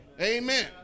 Amen